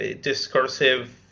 discursive